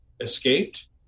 escaped